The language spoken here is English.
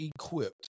equipped